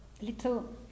little